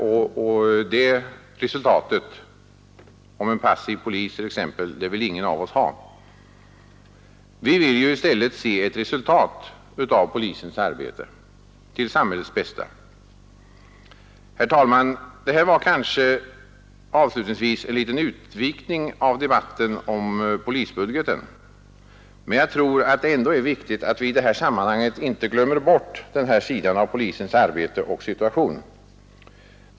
Och sådant resultat — en passiv polis t.ex. — vill ingen av oss ha. Vi vill i stället se ett positivt resultat av polisens arbete till sam hällets bästa. Herr talman! Det som jag avslutningsvis anfört var kanske en liten utvikning i debatten om polisbudgeten, men jag tror att det är viktigt att vi i det här sammanhanget inte glömmer bort den sidan av polisens arbete och polisens situation.